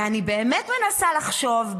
ואני באמת מנסה לחשוב,